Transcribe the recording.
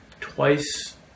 Twice